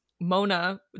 Mona